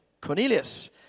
Cornelius